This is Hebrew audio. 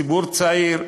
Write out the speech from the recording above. ציבור צעיר,